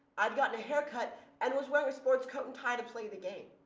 i'd gotten a haircut and was wearing a sports coat and tie to play the game.